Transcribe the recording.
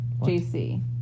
JC